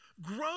Grow